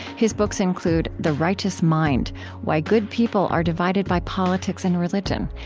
his books include the righteous mind why good people are divided by politics and religion,